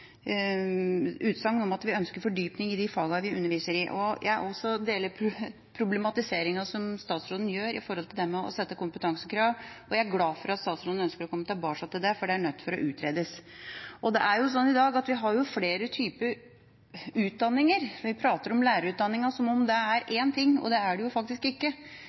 utsagn om at vi ønsker fordypning i de fagene vi underviser i. Jeg deler også problematiseringa til statsråden når det gjelder det å sette kompetansekrav, og jeg er glad for at statsråden ønsker å komme tilbake til det, for det er nødt til å utredes. Det er slik i dag at vi har flere typer utdanninger. Vi prater om lærerutdanninga som om det er én ting, og det er det faktisk ikke.